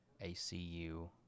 A-C-U